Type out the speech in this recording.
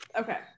okay